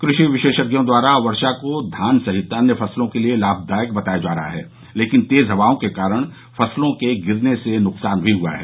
कृषि विशेषज्ञों द्वारा वर्षा को धान सहित अन्य फसलों के लिये लामदायक बताया जा रहा है लेकिन तेज हवाओं के कारण फसलों के गिरने से नुकसान भी हुआ है